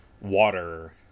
Water